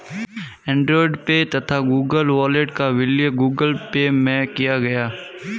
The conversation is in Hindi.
एंड्रॉयड पे तथा गूगल वॉलेट का विलय गूगल पे में किया गया